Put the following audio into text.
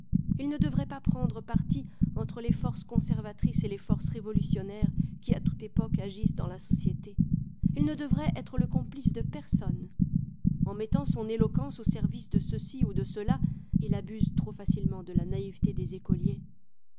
il ne devrait pas prendre parti entre les forces conservatrices et les forces révolutionnaires qui à toute époque agissent dans la société il ne devrait être le complice de personne en mettant son éloquence au service de ceuxci ou de ceux-là il abuse trop facilement de la naïveté des écoliers